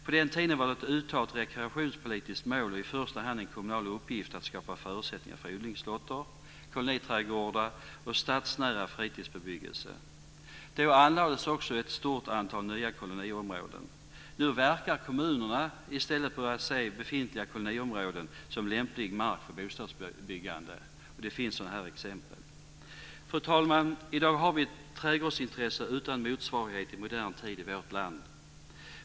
På den tiden var det ett uttalat rekreationspolitiskt mål och i första hand en kommunal uppgift att skapa förutsättningar för odlingslotter, koloniträdgårdar och stadsnära fritidsbebyggelse. Då anlades också ett stort antal nya koloniområden. Nu verkar kommunerna i stället börja se befintliga koloniområden som lämplig mark för bostadsbyggande. Det finns exempel på det. Fru talman! I dag har vi ett trädgårdsintresse i vårt land utan motstycke i modern tid.